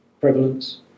prevalence